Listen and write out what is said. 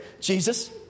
Jesus